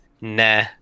Nah